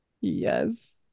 yes